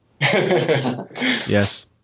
Yes